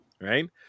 Right